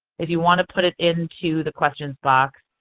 if you want to put it into the questions box,